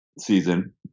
season